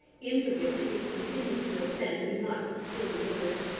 into which, if he continued to ascend, he must soon emerge.